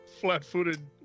Flat-footed